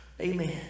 Amen